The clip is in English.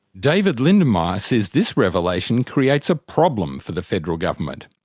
david lindenmayer says this revelation creates a problem for the federal government.